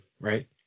right